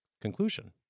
conclusion